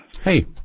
Hey